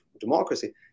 democracy